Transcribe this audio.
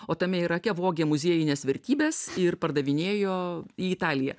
o tame irake vogė muziejines vertybes ir pardavinėjo į italiją